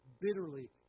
bitterly